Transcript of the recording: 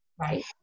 Right